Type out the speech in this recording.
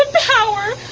ah power.